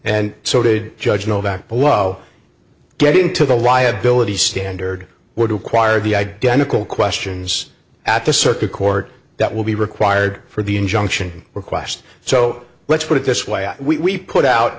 and so did judge nowak below getting to the liability standard were to acquire the identical questions at the circuit court that will be required for the injunction request so let's put it this way we put out